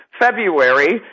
February